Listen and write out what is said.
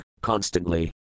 constantly